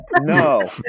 no